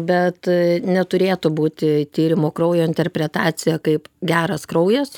bet neturėtų būti tyrimo kraujo interpretacija kaip geras kraujas